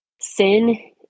Sin